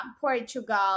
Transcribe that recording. Portugal